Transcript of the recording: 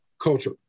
culture